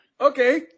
okay